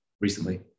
recently